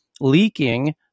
leaking